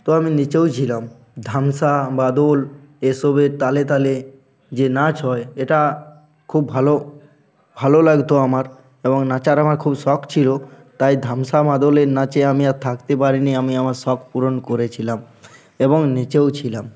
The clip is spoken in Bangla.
তো আমি নেচেও ছিলাম ধামসা মাদল এসবের তালে তালে যে নাচ হয় এটা খুব ভালো ভালো লাগতো আমার এবং নাচার আমার খুব শখ ছিলো তাই ধামসা মাদলের নাচে আমি আর থাকতে পারি নি আমি আমার শখ পূরণ করেছিলাম এবং নেচেও ছিলাম